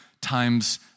times